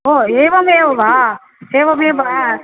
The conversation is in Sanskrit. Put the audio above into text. ओ एवमेव वा एवमेव